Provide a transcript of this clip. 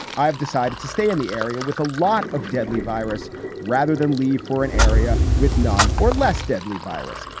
i've decided to stay in the area with a lot of deadly virus rather than leave for an area with none or less deadly virus.